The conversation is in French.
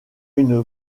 une